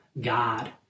God